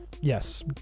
Yes